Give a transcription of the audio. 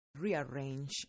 rearrange